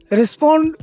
respond